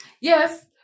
yes